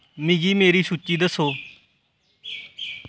मिगी मेरी सूची दस्सो